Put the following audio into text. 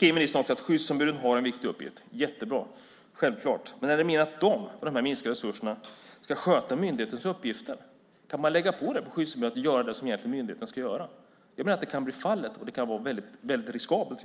Ministern sade också att skyddsombuden har en viktig uppgift. Jättebra. Det är självklart. Men är det meningen att de, med minskade resurser, ska sköta myndighetens uppgifter? Kan det läggas på skyddsombuden att göra det som myndigheten ska göra? Det kan bli fallet, och det kan vara riskabelt.